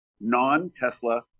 Non-Tesla